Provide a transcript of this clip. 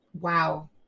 Wow